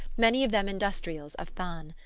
many of them industrials of thann.